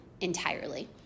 entirely